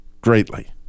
greatly